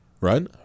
Right